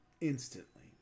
instantly